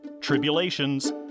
tribulations